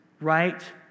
Right